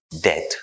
death